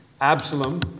Absalom